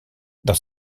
dans